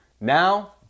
Now